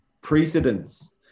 precedence